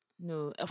No